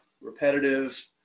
repetitive